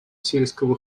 сельского